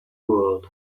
world